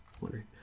wondering